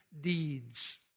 deeds